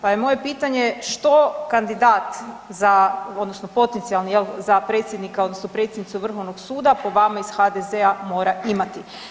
Pa je moje pitanje što kandidat za, odnosno potencijalni jel za predsjednika odnosno predsjednicu vrhovnog suda po vama iz HDZ-a mora imati?